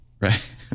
right